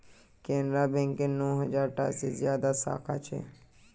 केनरा बैकेर नौ हज़ार टा से ज्यादा साखा छे